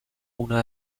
una